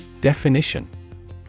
Definition